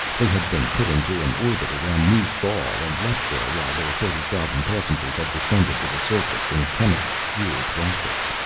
they had been put into an orbit around new gaul and left there while their thirty thousand passengers had descended to the surface in chemical-fuel rockets.